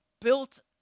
built